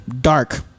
dark